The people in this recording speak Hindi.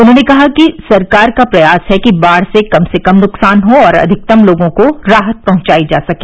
उन्होंने कहा कि सरकार का प्रयास है कि बाढ़ से कम से कम नुकसान हो और अधिकतम लोगों को राहत पहुंचायी जा सके